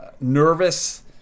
nervous